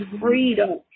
freedom